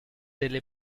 delle